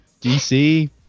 DC